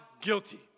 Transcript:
guilty